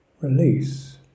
Release